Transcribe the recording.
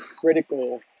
critical